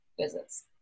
visits